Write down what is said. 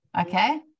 okay